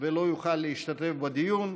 ולא יוכל להשתתף בדיון.